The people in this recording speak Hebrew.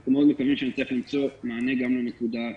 אנחנו מאוד מקווים שנצליח למצוא מענה גם לנקודה הזאת.